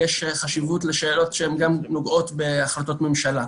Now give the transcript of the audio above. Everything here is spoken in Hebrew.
יש חשיבות לשאלות שגם נוגעות להחלטות ממשלה,